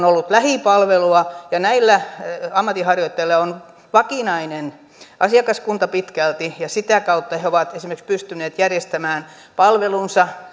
ollut lähipalvelua näillä ammatinharjoittajilla on vakinainen asiakaskunta pitkälti ja sitä kautta he he ovat esimerkiksi pystyneet järjestämään palvelunsa